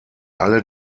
alle